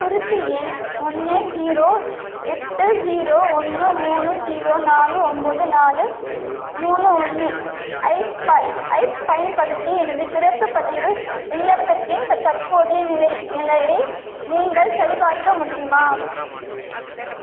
குறிப்பு எண் ஒன்று ஜீரோ எட்டு ஜீரோ ஒன்று மூணு ஜீரோ நாலு ஒம்பது நாலு மூணு ஒன்று ஐப் ஐப் பயன்படுத்தி எனது பிறப்பு பதிவு விண்ணப்பத்தின் தற் தற்போதைய நிலை நிலையை நீங்கள் சரிபார்க்க முடியுமா